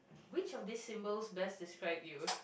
which of these symbols best describe you